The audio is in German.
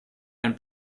einen